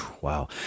Wow